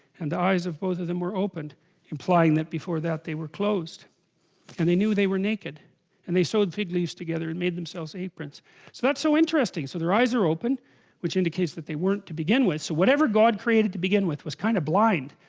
and the eyes of both of them were opened implying that before that they were closed and they knew they were naked and they sewed fig leaves together and made themselves themselves aprons so that's so interesting so their eyes are open which indicates that they weren't to begin with so whatever god created to begin with was kind of blind?